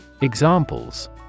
examples